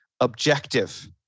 objective